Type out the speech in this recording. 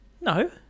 No